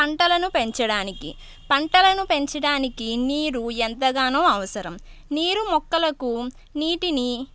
పంటలను పెంచడానికి పంటలను పెంచడానికి నీరు ఎంతగానో అవసరం నీరు మొక్కలకు నీటిని